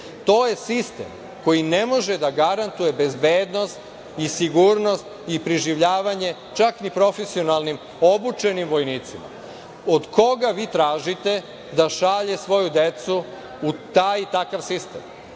To je sistem koji ne može da garantuje bezbednost i sigurnost i preživljavanje čak ni profesionalnim, obučenim vojnicima. Od koga vi tražite da šalje svoju decu u taj i takav sistem?